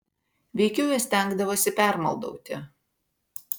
veikiau jas stengdavosi permaldauti